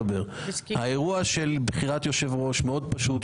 האירוע של בחירת יושב-ראש הוא מאוד פשוט.